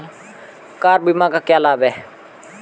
Car बीमा का क्या लाभ है?